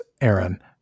Aaron